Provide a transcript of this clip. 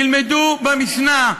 תלמדו במשנה,